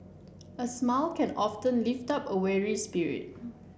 a smile can often lift up a weary spirit